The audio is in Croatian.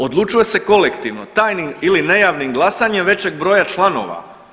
Odlučuje se kolektivno, tajnim ili nejavnim glasanjem većeg broja članova.